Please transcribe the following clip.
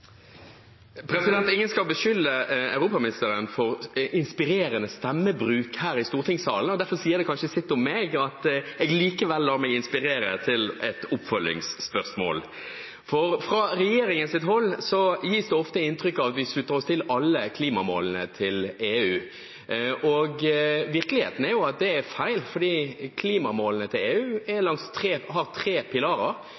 Ingen skal beskylde europaministeren for inspirerende stemmebruk her i stortingssalen, og derfor sier det kanskje sitt om meg at jeg likevel lar meg inspirere til et oppfølgingsspørsmål. Fra regjeringens hold gis det ofte inntrykk av at vi slutter oss til alle klimamålene til EU. Virkeligheten er jo at det er feil. Klimamålene til EU har tre pilarer. Det er